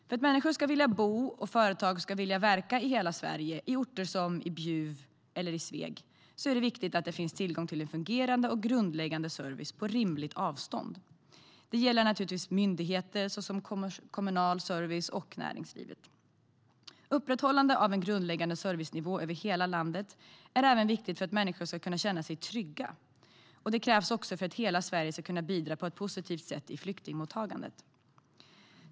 För att människor ska vilja bo och företag ska vilja verka i hela Sverige, i orter som Bjuv eller Sveg, är det viktigt att det finns tillgång till en fungerande och grundläggande service på rimligt avstånd. Det gäller naturligtvis myndigheter såväl som kommunal service och näringslivet. Upprätthållande av en grundläggande servicenivå över hela landet är även viktigt för att människor ska känna sig trygga. Det krävs också för att hela Sverige ska kunna bidra på ett positivt sätt i flyktingmottagandet.